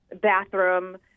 bathroom